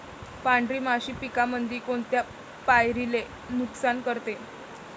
पांढरी माशी पिकामंदी कोनत्या पायरीले नुकसान करते?